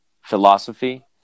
philosophy